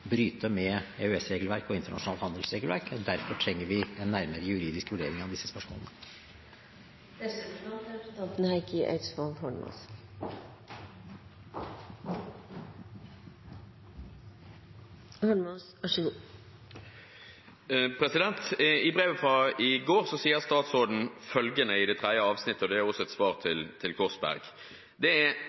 med EØS-regelverk og internasjonalt handelsregelverk. Derfor trenger vi en nærmere juridisk vurdering av disse spørsmålene. I brevet fra i går sier statsråden følgende i tredje avsnitt, og det er også et svar til Korsberg: Palmeolje bidrar til avskoging og er i så måte problematisk i forhold til klimaproblemene globalt. – Jeg er enig. Det er